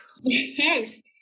Yes